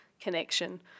connection